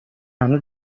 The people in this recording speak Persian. هنوز